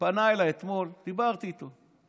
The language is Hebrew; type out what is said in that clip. פנה אליי אתמול, דיברתי איתו.